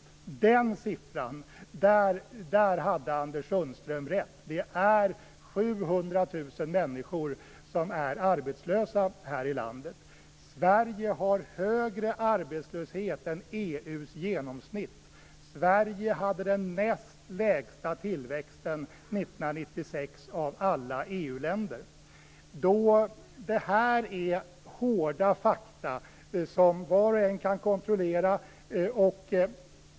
När det gäller den siffran hade Anders Sundström rätt. 700 000 människor är arbetslösa här i landet. Sverige har högre arbetslöshet än vad som är EU:s genomsnitt. Sverige hade den näst lägsta tillväxten 1996 av alla EU-länder. Det här är hårda fakta som var och en kan kontrollera.